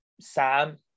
Sam